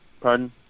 Pardon